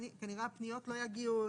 כנראה הפניות לא יגיעו אליו.